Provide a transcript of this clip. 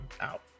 out